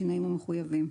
בשינויים המחויבים".